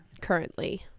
currently